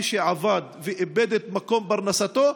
מי שעבד ואיבד את פרנסתו,